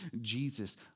Jesus